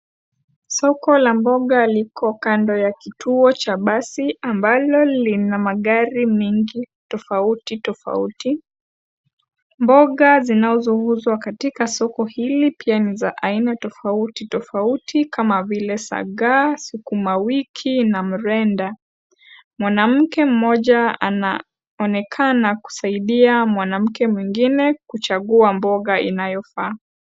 Soko la mboga liko kando ya kituo cha basi ambalo lina magari mingi tofauti tofauti, mboga zinazouzwa soko hili pia ni za aina tofauti tofauti kama vile sagaa, sukumawiki na mrenda mwanamke mmoja anaonekana kusaidia mwanamke kuchagua mboga inayofaa.